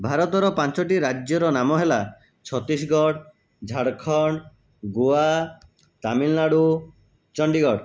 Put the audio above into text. ଭାରତର ପାଞ୍ଚଟି ରାଜ୍ୟର ନାମ ହେଲା ଛତିଶଗଡ଼ ଝାରଖଣ୍ଡ ଗୋଆ ତାମିଲନାଡ଼ୁ ଚଣ୍ଡୀଗଡ଼